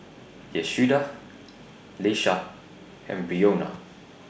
Yehuda Lesha and Breonna